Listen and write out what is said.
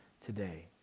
today